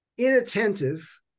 Inattentive